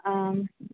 ஆ